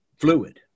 fluid